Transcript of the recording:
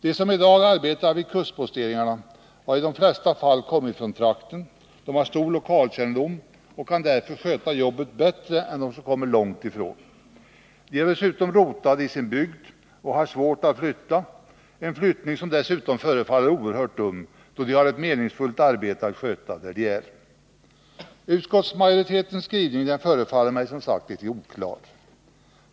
De som i dag arbetar vid kustposteringarna är i de flesta fall från trakten och har stor lokalkännedom. De kan därför sköta jobbet bättre än de som kommer långt ifrån. De är rotade i sin bygd och har svårt att flytta. En flyttning förefaller dessutom att vara dum, eftersom dessa människor har ett meningsfullt jobb att sköta där de är. Utskottsmajoritetens skrivning förefaller mig som sagt litet oklar.